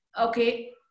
Okay